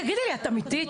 תגידי לי, את אמיתית?